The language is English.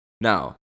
Now